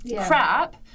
crap